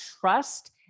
trust